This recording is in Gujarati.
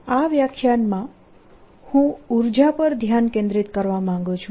આ વ્યાખ્યાનમાં હું ઉર્જા પર ધ્યાન કેન્દ્રિત કરવા માંગું છું